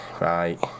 right